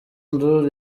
ndour